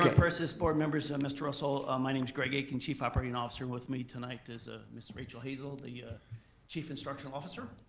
but purses, board members, mr. russell. my name's greg akin, chief operating officer with me tonight is ah ms. rachel hazel, the yeah chief instructional officer.